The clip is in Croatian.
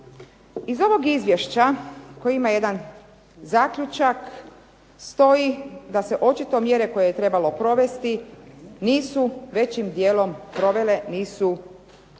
Iz ovog izvješća koje ima jedan zaključak, stoji da se očito mjere koje je trebalo provesti nisu većim dijelom provele, nisu provedene